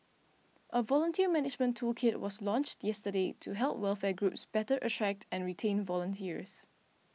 a volunteer management toolkit was launched yesterday to help welfare groups better attract and retain volunteers